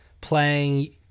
playing